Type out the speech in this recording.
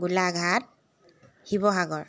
Golaghat Sivasagar